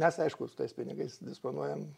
mes aišku su tais pinigais disponuojam